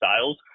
styles